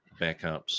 backups